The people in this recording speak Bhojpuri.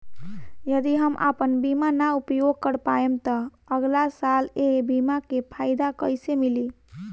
यदि हम आपन बीमा ना उपयोग कर पाएम त अगलासाल ए बीमा के फाइदा कइसे मिली?